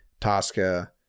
Tosca